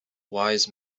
wise